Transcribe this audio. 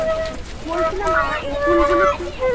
আচ্ছা বলছিলাম এ ফুলগুলো কি